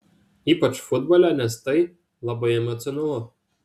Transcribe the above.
ypač futbole nes tai labai emocionalu